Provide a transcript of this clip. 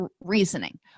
reasoning